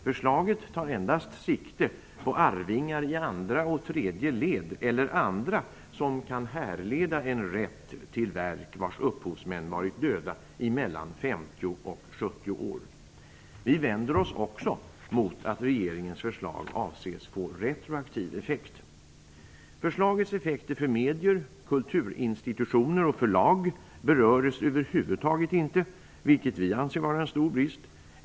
Förslaget tar endast sikte på arvingar i andra och tredje led eller andra som kan härleda en rätt till verk, vars upphovsmän varit döda i mellan 50 och 70 år. Vi vänder oss också mot att regeringens förslag avses få retroaktiv effekt. Förslagets effekter för medier, kulturinstitutioner och förlag berörs över huvud taget inte, vilket vi anser vara en stor brist.